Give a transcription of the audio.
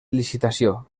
licitació